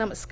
नमस्कार